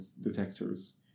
detectors